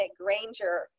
Granger